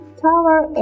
tower